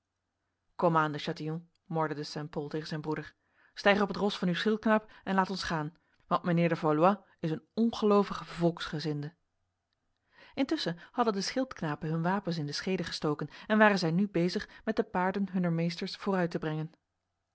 komaan de chatillon morde de st pol tegen zijn broeder stijg op het ros van uw schildknaap en laat ons gaan want mijnheer de valois is een ongelovige volksgezinde intussen hadden de schildknapen hun wapens in de schede gestoken en waren zij nu bezig met de paarden hunner meesters vooruit te brengen